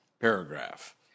paragraph